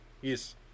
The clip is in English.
Yes